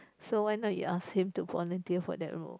so why not you ask him to volunteer for that role